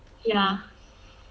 yeah